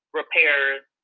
repairs